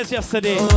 Yesterday